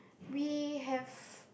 we have